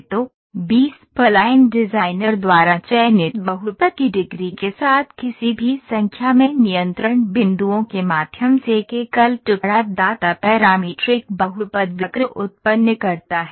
तो B spline designer द्वारा चयनित बहुपद की डिग्री के साथ किसी भी संख्या में नियंत्रण बिंदुओं के माध्यम से एक एकल टुकड़ा दाता पैरामीट्रिक बहुपद वक्र उत्पन्न करता है